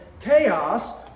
chaos